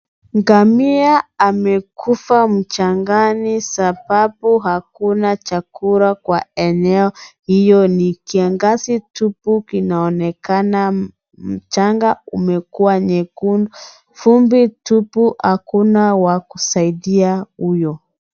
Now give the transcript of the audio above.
Ngamia amekufa mchangani sababu hakuna chakula kwa eneo hiyo. Ni kiangazi tupu kinaonekana. Mchanga umekuwa nyekundu, vumbi tupu, hakuna wa kusaidia huyo.